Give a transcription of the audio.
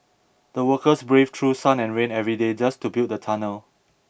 the workers braved through sun and rain every day just to build the tunnel